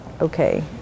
Okay